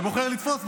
ובוחר לתפוס,